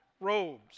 robes